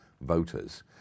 voters